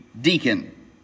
deacon